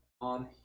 on